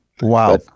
Wow